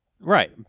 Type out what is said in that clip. Right